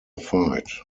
fight